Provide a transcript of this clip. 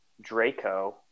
draco